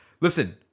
Listen